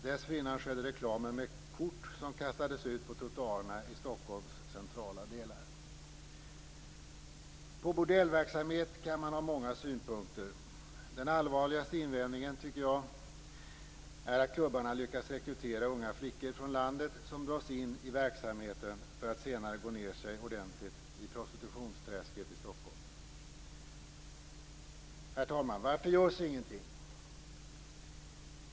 Dessförinnan skedde reklamen med kort som kastades ut på trottoarerna i Stockholms centrala delar. På bordellverksamhet kan man ha många synpunkter. Den allvarligaste invändningen tycker jag är att klubbarna lyckas rekrytera unga flickor från landet som dras in i verksamheten för att senare gå ned sig ordentligt i prostitutionsträsket i Stockholm. Herr talman! Varför görs ingenting?